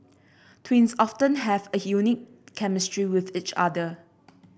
twins often have a unique chemistry with each other